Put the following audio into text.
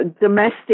domestic